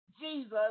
Jesus